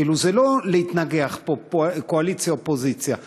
זה לא להתנגח פה, קואליציה ואופוזיציה.